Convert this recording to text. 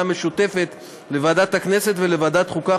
המשותפת לוועדת הכנסת ולוועדת החוקה,